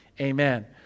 amen